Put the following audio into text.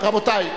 רבותי,